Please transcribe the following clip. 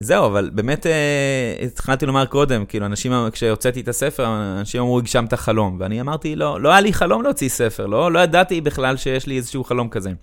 זהו, אבל באמת, התחלתי לומר קודם, כאילו, אנשים, כשהוצאתי את הספר, אנשים אמרו, הגשמת חלום, ואני אמרתי, לא, לא היה לי חלום להוציא ספר, לא, לא ידעתי בכלל שיש לי איזשהו חלום כזה.